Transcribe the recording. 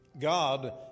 God